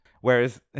Whereas